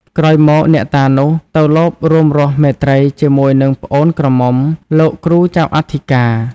ក្រោយមកអ្នកតានោះ ទៅលបរួមរស់មេត្រីជាមួយនឹងប្អូនក្រមុំលោកគ្រូចៅអធិការ ។